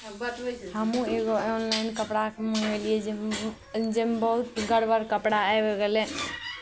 हमहूँ एगो ऑनलाइन कपड़ा मङ्गेलियै जाहिमे जाहिमे बहुत गड़बड़ कपड़ा आबि गेलै